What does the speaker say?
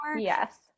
Yes